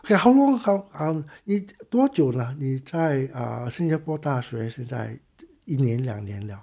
ya how long how how 你多久了 !huh! 你在 um 新加坡大学是在一年两年 liao